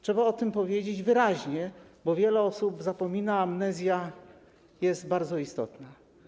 Trzeba to powiedzieć wyraźnie, bo wiele osób o tym zapomina, a amnezja jest bardzo istotna.